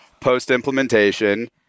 post-implementation